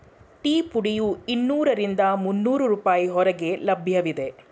tea ಪುಡಿಯು ಇನ್ನೂರರಿಂದ ಮುನ್ನೋರು ರೂಪಾಯಿ ಹೊರಗೆ ಲಭ್ಯವಿದೆ